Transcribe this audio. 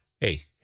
Hey